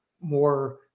more